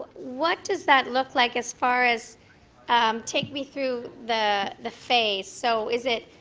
what does that look like as far as um take me through the the phase. so is it